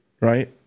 Right